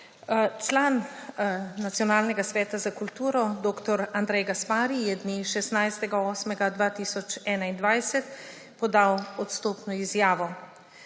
Član Nacionalnega sveta za kulturo dr. Andrej Gaspari je dne 16. 8. 2021 podal odstopno izjavo,